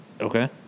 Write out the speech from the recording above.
Okay